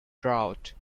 drought